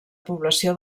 població